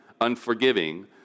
unforgiving